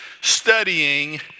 studying